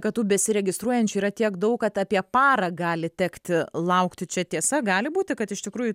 kad tų besiregistruojančių yra tiek daug kad apie parą gali tekti laukti čia tiesa gali būti kad iš tikrųjų